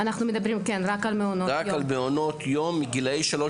רק על מעונות יום מגילאי שלוש